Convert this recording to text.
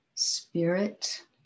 Spirit